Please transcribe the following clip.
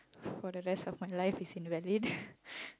for the rest of my life is invalid